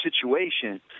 situation